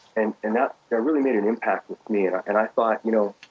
and and that really made an impact with me and and i thought, you know,